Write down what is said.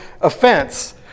offense